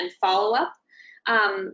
follow-up